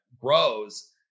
grows